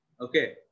Okay